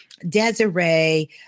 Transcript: Desiree